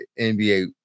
NBA